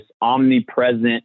omnipresent